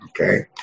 Okay